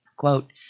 quote